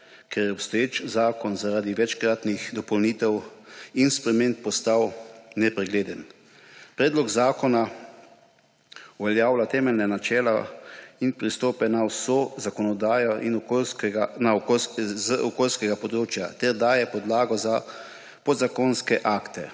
je obstoječi zakon zaradi večkratnih dopolnitev in sprememb postal nepregleden. Predlog zakona uveljavlja temeljna načela in pristope pri celotni zakonodaji z okoljskega področja ter daje podlago za podzakonske akte.